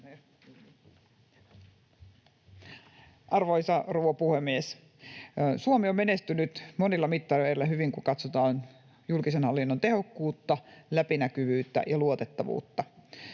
Arvoisa rouva puhemies! Suomi on menestynyt monilla mittareilla hyvin, kun katsotaan julkisen hallinnon tehokkuutta, läpinäkyvyyttä ja luotettavuutta.